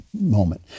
moment